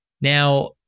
Now